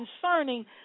concerning